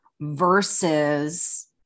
versus